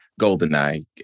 GoldenEye